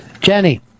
Jenny